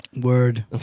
Word